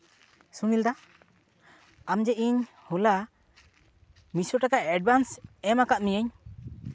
ᱥᱩᱱᱤᱞᱫᱟ ᱟᱢ ᱡᱮ ᱤᱧ ᱦᱚᱞᱟ ᱢᱤᱫᱥᱚ ᱴᱟᱠᱟ ᱮᱰᱵᱷᱟᱱᱥ ᱮᱢ ᱟᱠᱟᱫ ᱢᱤᱭᱟᱹᱧ